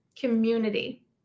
community